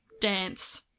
dance –